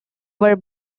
were